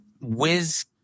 whiz